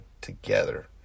together